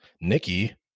Nikki